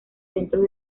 centros